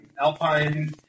alpine